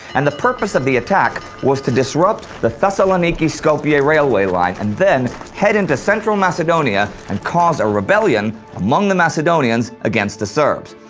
and the purpose of the attack was to disrupt the thessaloniki-skopje railway line and then head into central macedonia and cause a rebellion among the macedonians against the serbs.